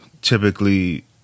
Typically